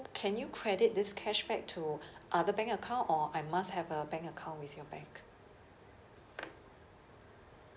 can you credit this cashback to other bank account or I must have a bank account with your bank